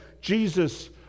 Jesus